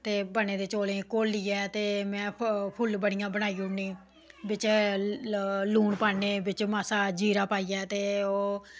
ते बचे दे चौलें गी घोल्लियै ते में फुल्लबड़ियां बनाई ओड़नी बिच लून पाने ते बिच मासा ते ओह्